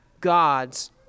God's